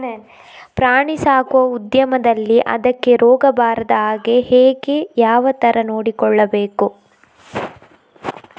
ಪ್ರಾಣಿ ಸಾಕುವ ಉದ್ಯಮದಲ್ಲಿ ಅದಕ್ಕೆ ರೋಗ ಬಾರದ ಹಾಗೆ ಹೇಗೆ ಯಾವ ತರ ನೋಡಿಕೊಳ್ಳಬೇಕು?